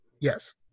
Yes